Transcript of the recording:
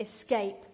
escape